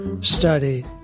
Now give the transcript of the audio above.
study